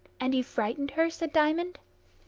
and you frightened her? said diamond.